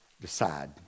decide